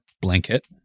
blanket